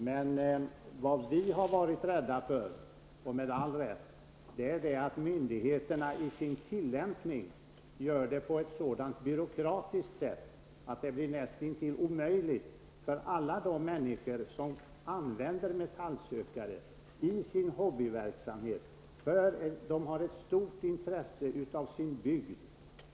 Men vad vi har varit rädda för, och med all rätt, är att myndigheterna i sin tillämpning av bestämmelserna blir så byråkratiska att det blir nästintill omöjligt att få tillstånd att använda dessa metallsökare för alla de människor som använder dem i sin hobbyverksamhet och för att de har ett stort intresse för sin bygd.